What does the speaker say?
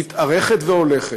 גדלה והולכת,